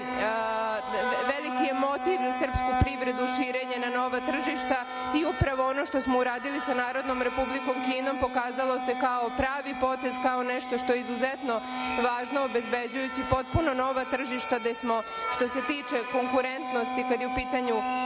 je motiv za srpsku privredu širenje na nova tržišta i upravo ono što smo uradili sa NRK pokazalo se kao pravi potez, kao nešto što je izuzetno važno, obezbeđujući potpuno nova tržišta gde smo što se tiče konkurentnosti kada je u pitanju